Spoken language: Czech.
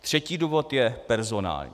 Třetí důvod je personální.